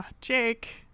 Jake